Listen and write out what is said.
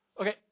Okay